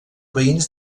veïns